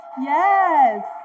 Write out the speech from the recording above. yes